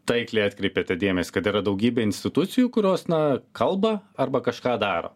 taikliai atkreipėte dėmesį kad yra daugybė institucijų kurios na kalba arba kažką daro